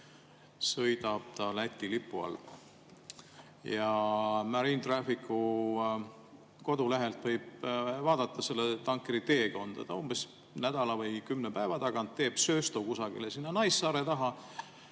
sõidab ta Läti lipu all. MarineTrafficu kodulehelt võib vaadata selle tankeri teekonda. Ta umbes nädala või kümne päeva tagant teeb sööstu kusagile sinna Naissaare taha,